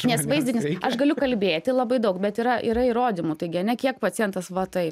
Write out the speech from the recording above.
nes vaizdinis aš galiu kalbėti labai daug bet yra yra įrodymų taigi ane kiek pacientas va tai